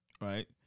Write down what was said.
Right